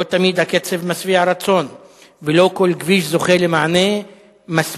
לא תמיד הקצב משביע רצון ולא כל כביש זוכה למענה מספק.